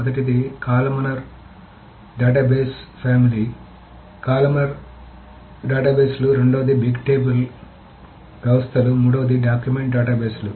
మొదటిది columnar database family columnar డేటాబేస్లు రెండవది బిగ్ టేబుల్ వ్యవస్థలు మూడవది డాక్యుమెంట్ డేటాబేస్లు